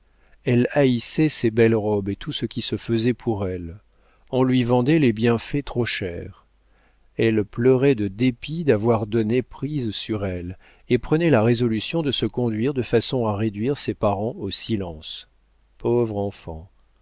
elle haïssait ses belles robes et tout ce qui se faisait pour elle on lui vendait les bienfaits trop cher elle pleurait de dépit d'avoir donné prise sur elle et prenait la résolution de se conduire de façon à réduire ses parents au silence pauvre enfant